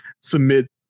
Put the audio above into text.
Submit